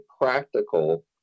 practical